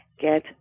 get